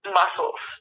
muscles